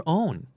own